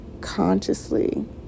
consciously